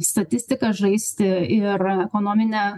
statistika žaisti ir ekonominę